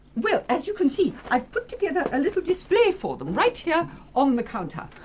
well, as you can see, i've put together a little display for them, right here on the counter! ah!